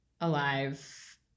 alive